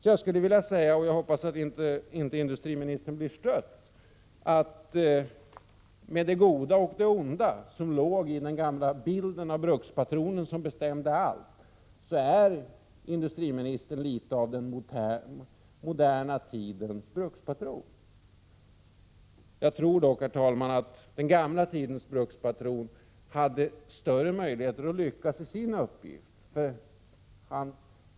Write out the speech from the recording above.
Jag hoppas att industriministern inte blir stött, men jag skulle vilja säga att med det goda och det onda som låg i den gamla bilden av brukspatronen som bestämde allt är industriministern något av den moderna tidens brukspatron. Jag tror dock att den gamla tidens brukspatron hade större möjligheter att lyckas i sin uppgift.